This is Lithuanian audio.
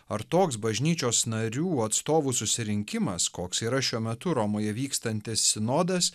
ar toks bažnyčios narių atstovų susirinkimas koks yra šiuo metu romoje vykstantis sinodas